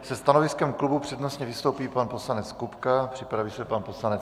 Se stanoviskem klubu přednostně vystoupí pan poslanec Kupka, připraví se pan poslanec Feri.